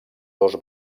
dos